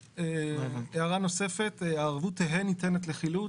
הערה נוספת: הערבות תהא ניתנת לחילוט.